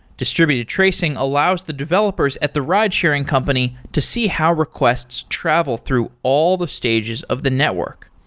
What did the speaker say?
distributed tracing allows the developers at the ride-sharing company to see how requests travel through all the stages of the network.